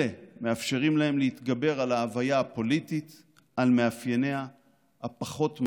אלה מאפשרים להם להתגבר על ההוויה הפוליטית על מאפייניה הפחות-מרנינים.